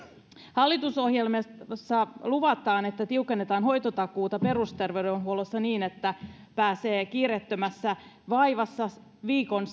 hallitusohjelmassa luvataan että tiukennetaan hoitotakuuta perusterveydenhuollossa niin että pääsee kiireettömässä asiassa viikon